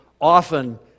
often